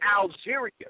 Algeria